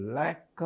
lack